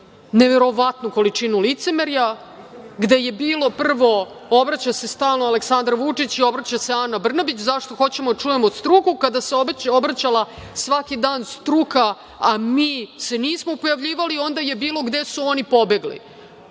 neverovatnu količinu licemerja gde je bilo prvo - obraća se stalno Aleksandar Vučić i obraća se Ana Brnabić, zašto hoćemo da čujemo struku kada se obraćala svaki dan struka, a mi se nismo pojavljivali, onda je bilo - gde su oni pobegli.